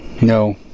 no